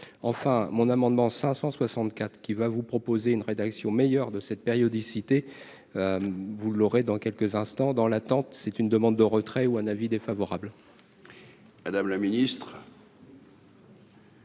enfin mon amendement 564 qui va vous proposer une rédaction meilleur de cette périodicité vous l'aurez dans quelques instants, dans l'attente, c'est une demande de retrait ou un avis défavorable. Madame la Ministre.